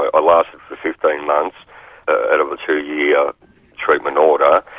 i lasted for fifteen months out of a two-year treatment order,